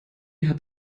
hat